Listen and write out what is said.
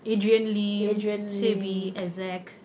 adrian lim to be exact